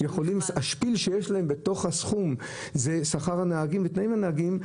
שה"שפיל" שיש להם בסכום הוא שכר הנהגים ותנאי הנהגים,